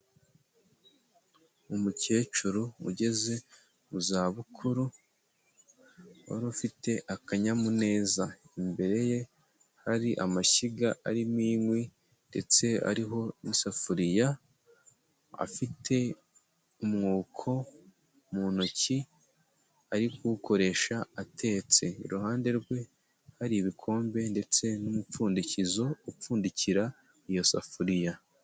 Umukecuru ugeze mu za bukuru, wari ufite akanyamuneza, imbere ye hari amashyiga arimo inkwi, ndetse ariho n'isafuriya, afite umwuko mu ntoki, ari kuwukoresha atetse, iruhande rwe hari ibikombe ndetse n'umupfundikizo upfundikira iyo safuriya.